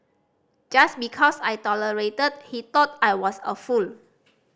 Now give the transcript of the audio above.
just because I tolerated he thought I was a fool